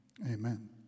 Amen